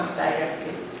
directly